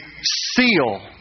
seal